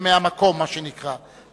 "מהמקום", מה שנקרא.